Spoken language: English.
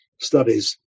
studies